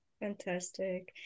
Fantastic